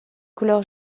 couleur